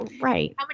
right